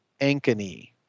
ankeny